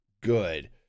good